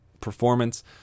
performance